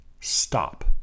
Stop